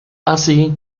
así